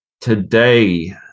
today